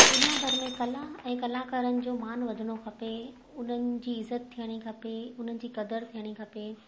दुनियाभर में कला ऐं कलाकारनि जो मान वधणो खपे उन्हनि जी इज़त थियणी खपे उन्हनि जी क़दुरु थियणी खपे